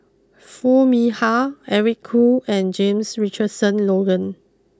Foo Mee Har Eric Khoo and James Richardson Logan